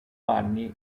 anni